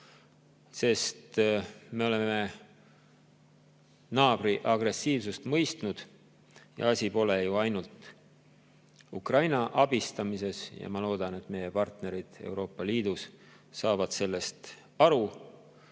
sest me oleme naabri agressiivsust mõistnud. Asi pole ju ainult Ukraina abistamises. Ja ma loodan, et meie partnerid Euroopa Liidus saavad sellest aru.